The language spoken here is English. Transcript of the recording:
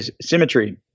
symmetry